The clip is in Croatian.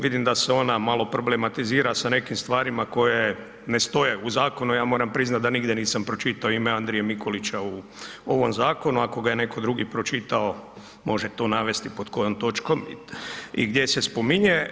Vidim da se ona malo problematizira sa nekim stvarima koje ne stoje u zakonu, ja moram priznat da nigdje nisam pročitao ime Andrije Mikulića u ovom zakonu, ako ga je netko drugi pročitao može to navesti pod kojom točkom i gdje se spominje.